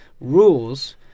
rules